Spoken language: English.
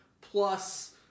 plus